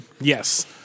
Yes